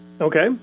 Okay